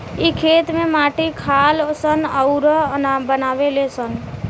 इ खेत में माटी खालऽ सन अउरऊ बनावे लऽ सन